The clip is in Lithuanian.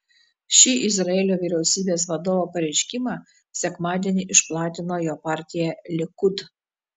šį izraelio vyriausybės vadovo pareiškimą sekmadienį išplatino jo partija likud